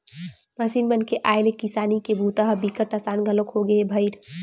machine मन के आए ले किसानी के बूता ह बिकट असान घलोक होगे हे भईर